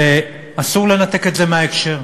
ואסור לנתק את זה מההקשר.